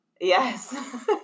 Yes